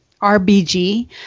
rbg